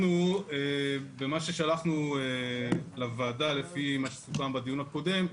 במה ששלחנו לוועדה, לפי מה שסוכם בדיון הקודם,